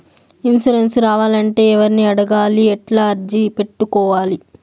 Insurance రావాలంటే ఎవర్ని అడగాలి? ఎట్లా అర్జీ పెట్టుకోవాలి?